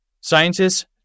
Scientists